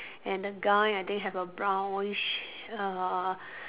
and the guy I think have a brownish uh